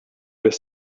were